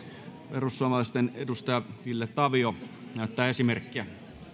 perussuomalaisten edustaja ville tavio näyttää esimerkkiä